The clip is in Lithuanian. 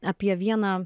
apie vieną